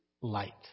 light